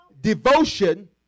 devotion